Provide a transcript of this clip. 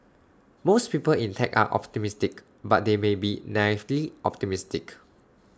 most people in tech are optimistic but they may be naively optimistic